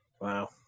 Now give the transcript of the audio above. Wow